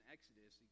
Exodus